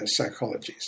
psychologies